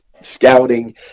scouting